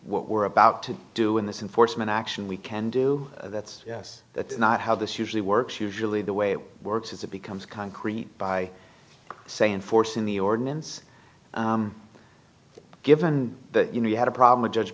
what we're about to do in this in foresman action we can do that's yes that's not how this usually works usually the way it works is it becomes concrete by saying forcing the ordinance given that you know you had a problem a judge